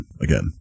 again